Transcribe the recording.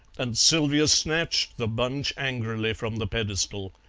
and sylvia snatched the bunch angrily from the pedestal.